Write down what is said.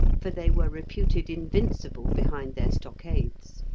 for they were reputed invincible behind their stockades.